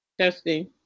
Testing